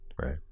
Right